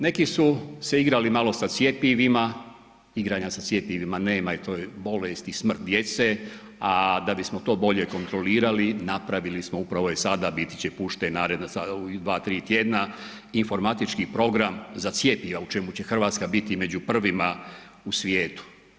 Neki su se igrali malo sa cjepivima, igranja sa cjepivima nema i to je bolest i smrt djece a da bismo to bolje kontrolirali napravili smo upravo i sada, biti će puštena u naredna 2, 3 tjedna informatički program za cjepiva u čemu će Hrvatska biti među prvima u svijetu.